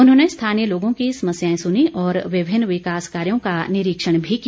उन्होंने स्थानीय ै लोगों की समस्याएं सुनीं और विभिन्न विकास कार्यों का निरीक्षण भी किया